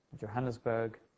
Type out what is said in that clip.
Johannesburg